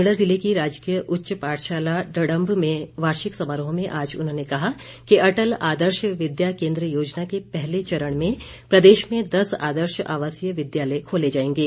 कांगड़ा जिले की राजकीय उच्च पाठशाला डढ़म्ब में वार्षिक समारोह में आज उन्होंने कहा कि अटल आदर्श विद्या केंद्र योजना के पहले चरण में प्रदेश में दस आदर्श आवासीय विद्यालय खोले जाएंगे